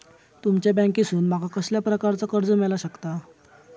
तुमच्या बँकेसून माका कसल्या प्रकारचा कर्ज मिला शकता?